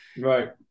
right